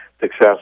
success